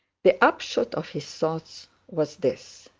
the upshot of his thoughts was this,